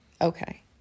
okay